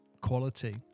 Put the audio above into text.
quality